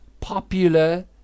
popular